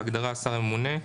בהגדרה "השר הממונה",